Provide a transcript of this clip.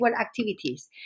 activities